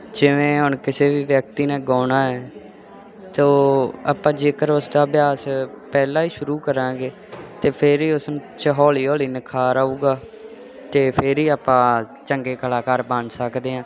ਜਿਵੇਂ ਹੁਣ ਕਿਸੇ ਵੀ ਵਿਅਕਤੀ ਨੇ ਗਾਉਣਾ ਹੈ ਤਾਂ ਆਪਾਂ ਜੇਕਰ ਉਸਦਾ ਅਭਿਆਸ ਪਹਿਲਾ ਹੀ ਸ਼ੁਰੂ ਕਰਾਂਗੇ ਤਾਂ ਫਿਰ ਹੀ ਉਸਨੂੰ 'ਚ ਹੌਲੀ ਹੌਲੀ ਨਿਖਾਰ ਆਊਗਾ ਅਤੇ ਫਿਰ ਹੀ ਆਪਾਂ ਚੰਗੇ ਕਲਾਕਾਰ ਬਣ ਸਕਦੇ ਹਾਂ